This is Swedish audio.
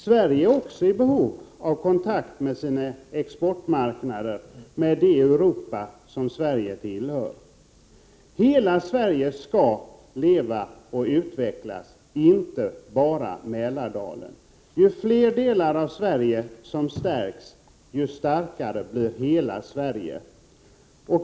Sverige är också i behov av kontakter med sina exportmarknader i det Europa som Sverige tillhör. Hela Sverige skall leva och utvecklas, inte bara Mälardalen. Ju fler delar av Sverige som stärks, desto starkare blir hela Sverige.